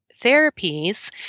therapies